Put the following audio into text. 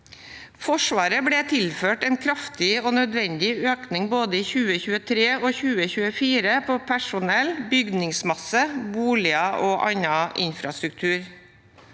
Forsvaret ble tilført en kraftig og nødvendig økning i både 2023 og 2024 på personell, bygningsmasse, boliger og annen infrastruktur.